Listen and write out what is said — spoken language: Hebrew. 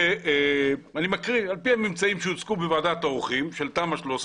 שעל פי הממצאים שהוסקו בוועדת העורכים של תמ"א 13